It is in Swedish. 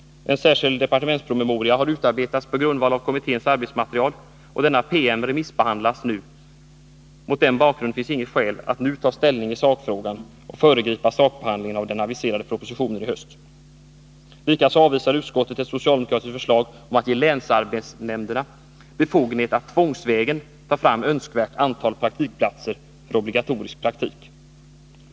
En särskild departementspromemoria har utarbetats på grundval av kommitténs arbetsmaterial. Denna PM remissbehandlas nu. Mot denna bakgrund finns inget skäl att nu ta ställning i sakfrågan och föregripa sakbehandlingen av den aviserade propositionen i höst. Likaså avvisar utskottet ett socialdemokratiskt förslag om att ge länsar betsnämnderna befogenhet att tvångsvägen ta fram önskvärt antal praktikplatser för obligatorisk praktik.